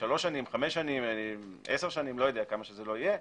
חמש שנים, שלוש שנים, עשר שנים, מה שזה לא יהיה,